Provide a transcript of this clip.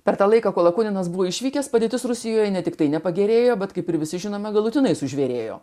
per tą laiką kol kunigas buvo išvykęs padėtis rusijoje ne tiktai nepagerėjo bet kaip ir visi žinome galutinai sužvėrėjo